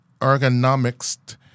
ergonomics